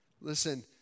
Listen